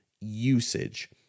usage